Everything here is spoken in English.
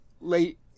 late